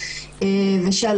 ושעל